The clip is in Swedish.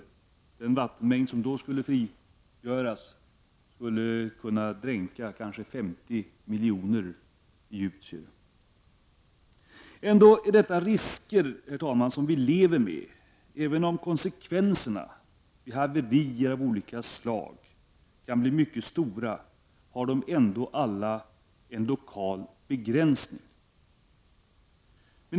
Den vattenmängd som då skulle frigöras skulle kanske kunna dränka 50 miljoner egyptier. Ändå är detta risker som vi lever med. Även om konsekvenserna vid haverier av olika slag kan bli mycket stora har de alla en lokal begränsning.